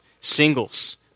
singles